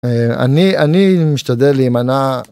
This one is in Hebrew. אני, אני משתדל להימנע